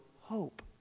hope